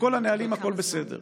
בכל הנהלים הכול בסדר,